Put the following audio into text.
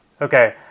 Okay